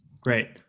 Great